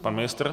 Pan ministr?